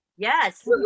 yes